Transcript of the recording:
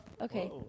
okay